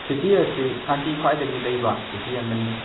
city ꯑꯁꯤ ꯁꯥꯟꯇꯤ ꯈ꯭ꯋꯥꯏꯗꯒꯤ ꯂꯩꯕ ꯁꯤꯇꯤ ꯑꯃꯅꯤ